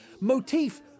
motif